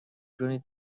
کنید